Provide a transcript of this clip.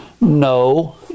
no